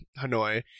Hanoi